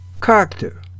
Character